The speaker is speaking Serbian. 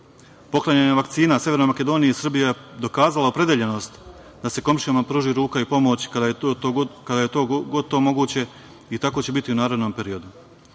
Balkana. Poklanjanjem vakcina Severnoj Makedoniji, Srbija je dokazala opredeljenost da se komšijama pruži ruka i pomoć kad god je to moguće i tako će biti u narednom periodu.